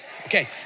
Okay